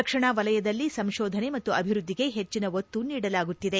ರಕ್ಷಣಾ ವಲಯದಲ್ಲಿ ಸಂಶೋಧನೆ ಮತ್ತು ಅಭಿವೃದ್ದಿಗೆ ಹೆಚ್ಚಿನ ಒತ್ತು ನೀಡಲಾಗುತ್ತಿದೆ